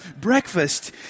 breakfast